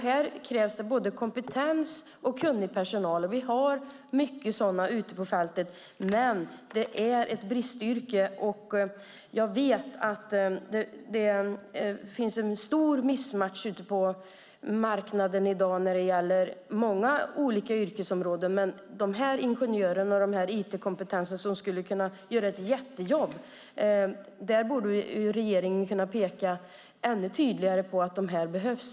Här krävs det både kompetent och kunnig personal. Vi har många sådana ute på fältet, men det är ett bristyrke. Jag vet att det finns en stor missmatchning på marknaden i dag när det gäller många olika yrkesområden, men de här ingenjörerna, den här IT-kompetensen, skulle kunna göra ett jättejobb. Där borde regeringen kunna peka ännu tydligare på att de behövs.